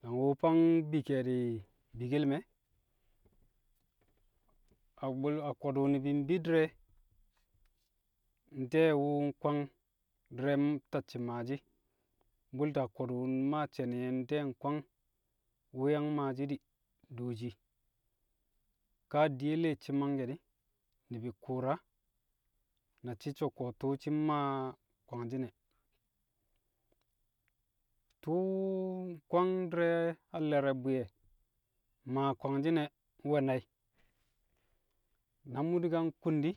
Nang wu̱ fang bi kẹe̱di̱ bikkel me̱. A bu̱l- a- ko̱du̱ ni̱bi̱ mbi di̱rẹ, nte̱e̱ wu̱ nkwang di̱rẹ, tacci̱ maashi̱, bu̱lta ko̱du̱ mmaa she̱ni̱ nte̱e̱ nkwang wu̱ yang maashi̱ di̱ dooshi ka adiye le shi̱ mangke̱ di̱, ni̱bi̱ ku̱u̱ra na shi̱ so̱ ko̱ tu̱u̱ shi̱i̱ mmaa kwangshi̱n e̱. Tṵṵ- nkwang di̱rẹ, a le̱re̱ bwi̱ye̱ maa kwangshi̱n e̱ nai̱. Na mu̱ di̱ ka nkun di̱,